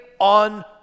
on